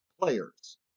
players